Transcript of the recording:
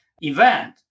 event